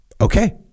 Okay